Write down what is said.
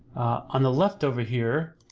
on the left over here,